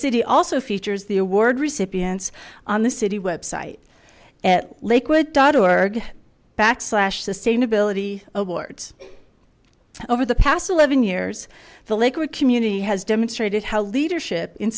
city also features the award recipients on the city website at lakewood dot org backslash sustainability awards over the past eleven years the lakewood community has demonstrated how leadership in